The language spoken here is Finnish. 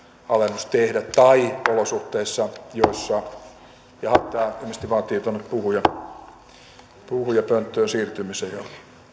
alennus tehdä tai olosuhteissa joissa jaaha tämä ilmeisesti vaatii tuonne puhujapönttöön siirtymisen jo